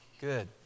Good